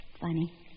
Funny